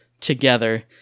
together